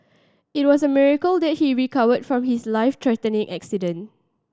it was a miracle that he recovered from his life threatening accident